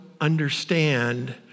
understand